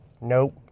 Nope